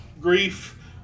grief